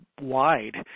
wide